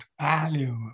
value